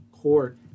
Court